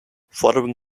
following